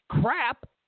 crap